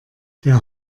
der